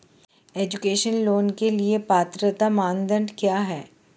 Education loan के लिए पात्रता मानदंड क्या है?